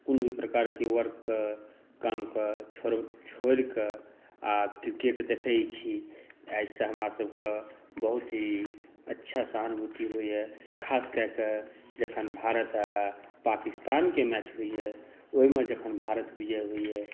कोनो भी प्रकारके वर्कके कामके छोड़िकऽ आ क्रिकेट देखै छी एहिसँ हमरा सभके बहुत ही अच्छा सहानुभूति होइए खासकऽ कऽ जखन भारत आओर पाकिस्तानके मैच होइए ओहिमे जखन भारत विजय होइए